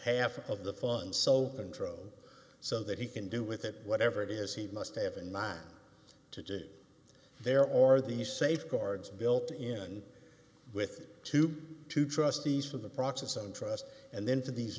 half of the funds so contro so that he can do with it whatever it is he must have in mind to do there are these safeguards built in with two to trustees for the process of trust and then for these